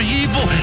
evil